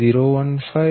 Dca13 6